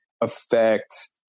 affect